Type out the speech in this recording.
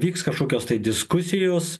vyks kažkokios tai diskusijos